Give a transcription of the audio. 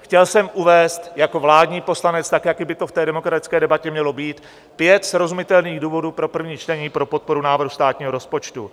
Chtěl jsem uvést jako vládní poslanec, tak jak by to v té demokratické debatě mělo být, pět srozumitelných důvodů pro první čtení pro podporu návrhu státního rozpočtu.